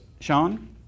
Sean